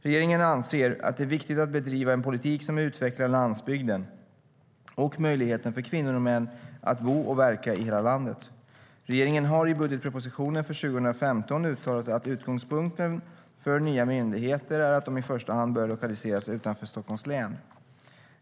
Regeringen anser att det är viktigt att bedriva en politik som utvecklar landsbygden och möjligheten för kvinnor och män att bo och verka i hela landet. Regeringen har i budgetpropositionen för 2015 uttalat att utgångspunkten för nya myndigheter är att de i första hand bör lokaliseras utanför Stockholms län.